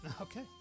Okay